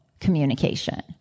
communication